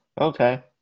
Okay